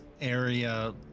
area